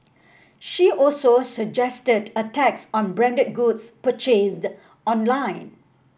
she also suggested a tax on branded goods purchased online